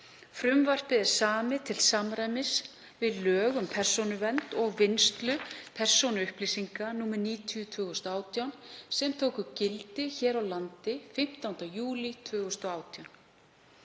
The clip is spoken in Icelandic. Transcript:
Frumvarpið er samið til samræmis við lög um persónuvernd og vinnslu persónuupplýsinga, nr. 90/2018, sem tóku gildi hér á landi 15. júlí 2018.